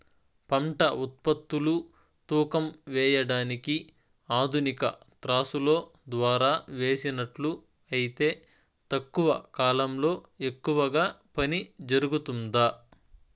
పంట ఉత్పత్తులు తూకం వేయడానికి ఆధునిక త్రాసులో ద్వారా వేసినట్లు అయితే తక్కువ కాలంలో ఎక్కువగా పని జరుగుతుందా?